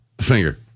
finger